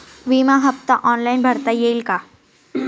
विमा हफ्ता ऑनलाईन भरता येईल का?